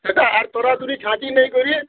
ସେଟା ଆର୍ ତରାତୁରି ଛାଁଚି ନେଇ କରି